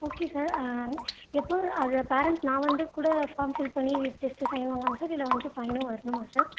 okay sir எப்போ அது parents நான் வந்து கூட ஃபார்ம் ஃபில் பண்ணி டெஸ்ட் சைன் வாங்கலாமா சார் இல்லை வந்துட்டு பையனும் வரணுமா சார்